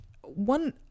one